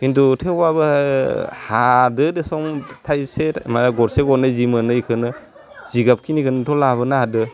खिन्थु थेवबाबो हादो देसं थाइसे माने गरसे गरनै जि मोनो बेखोनो जिगाब खिनिखोनोथ' लाबोनो हादो